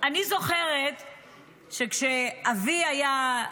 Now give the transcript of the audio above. אני זוכרת שכשאבי היה,